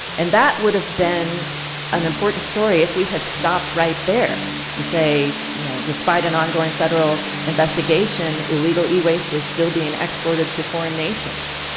and that would have been an important story if we had stopped right there to say, you know, despite an ongoing federal investigation, illegal e-waste is still being exported to foreign nations.